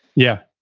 yeah,